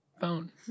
Phone